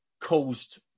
caused